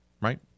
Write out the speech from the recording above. right